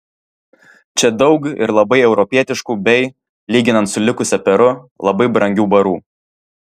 čia daug ir labai europietiškų bei lyginant su likusia peru labai brangių barų